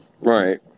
Right